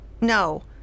No